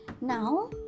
Now